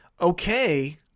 Okay